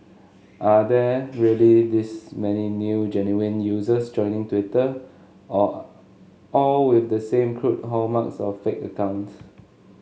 are there really this many new genuine users joining Twitter all all with the same crude hallmarks of fake accounts